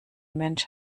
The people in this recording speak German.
mensch